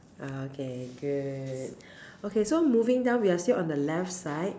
okay good okay so moving down we are still on the left side